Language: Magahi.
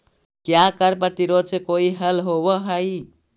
क्या कर प्रतिरोध से कोई हल होवअ हाई